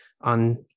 On